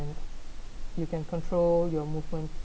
and you can control your movement